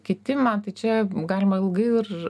kitimą tai čia galima ilgai ir